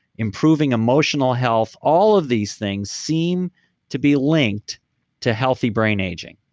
improving emotional health, all of these things seem to be linked to healthy brain aging.